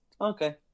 okay